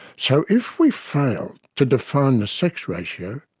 so if we fail to define the sex ratio,